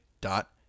dot